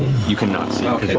you cannot see.